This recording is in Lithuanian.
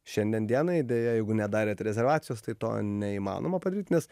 šiandien dienai deja jeigu nedarėt rezervacijos tai to neįmanoma padaryt nes